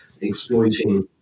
exploiting